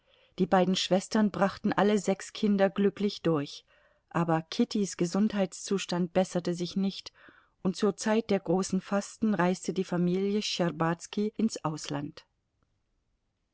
die beiden schwestern brachten alle sechs kinder glücklich durch aber kittys gesundheitszustand besserte sich nicht und zur zeit der großen fasten reiste die familie schtscherbazki ins ausland